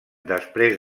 després